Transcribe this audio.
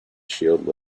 shield